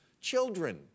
children